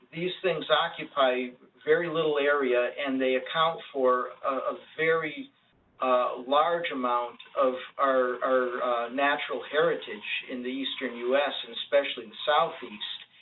these things occupy very little area and they account for a very large amount of our natural heritage in the eastern us, and especially the southeast.